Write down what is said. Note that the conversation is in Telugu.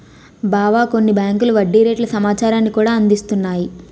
బావా కొన్ని బేంకులు వడ్డీ రేట్ల సమాచారాన్ని కూడా అందిస్తున్నాయి